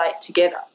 together